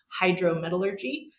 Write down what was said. hydrometallurgy